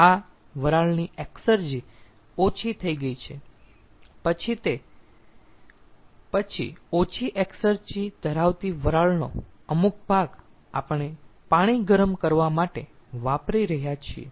આ વરાળની એક્સર્જી ઓછી થઈ ગઈ છે પછી તે પછી ઓછી એક્સર્જી ધરાવતી વરાળનો અમુક ભાગ આપણે પાણી ગરમ કરવા માટે વાપરી રહ્યા છીએ